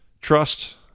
Trust